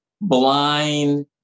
blind